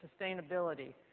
sustainability